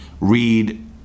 read